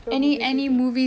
any any movies